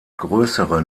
größere